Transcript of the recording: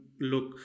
look